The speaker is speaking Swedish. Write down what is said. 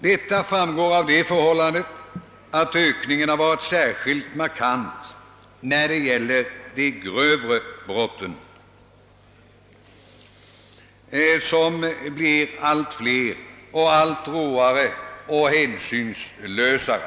Detta framgår av det förhållandet att ökningen i antal brott har varit särskilt markant när det gäller de grövre brotten, vilka blir allt flera samt allt råare och hänsynslösare.